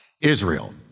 Israel